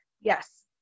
Yes